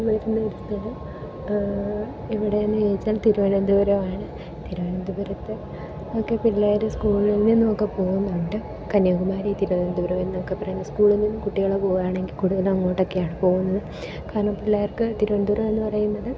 വരുന്ന ഒരു സ്ഥലം എവിടെ എന്ന് ചോദിച്ചാൽ തിരുവനന്തപുരമാണ് തിരുവനന്തപുരത്ത് ഒക്കെ പിള്ളേർ സ്കൂളുകളിൽ നിന്നൊക്കെ പോകുന്നത്കൊണ്ട് കന്യാകുമാരി തിരുവനന്തപുരം എന്നൊക്കെ പറയുന്ന സ്കൂളിൽ നിന്ന് കുട്ടികൾ പോകുകയാണെങ്കിൽ കൂടുതലും അങ്ങോട്ടൊക്കെയാണ് പോകുന്നത് കാരണം പിള്ളേർക്ക് തിരുവനന്തപുരം എന്ന് പറയുന്നത്